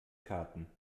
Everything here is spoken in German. karten